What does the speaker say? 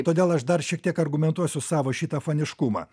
todėl aš dar šiek tiek argumentuosiu savo šitą faniškumą